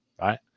Right